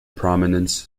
prominence